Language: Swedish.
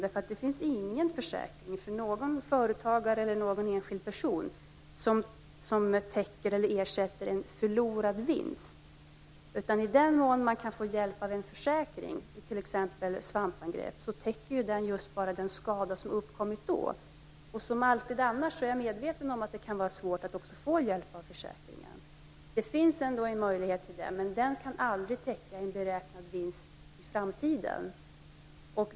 Det finns inga försäkringar för någon företagare eller för någon enskild person som täcker en förlorad vinst. I den mån som man kan utnyttja en försäkring vid t.ex. svampangrepp täcker den bara den skada som har uppkommit vid det tillfället. Jag är också medveten om att det kan vara svårt att få hjälp genom försäkringar. Det finns dock en möjlighet, men en försäkring kan aldrig täcka en framtida vinst.